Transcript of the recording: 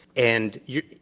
and you are,